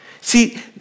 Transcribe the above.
See